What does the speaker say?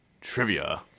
trivia